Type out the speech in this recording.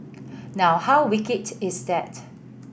now how wicked is that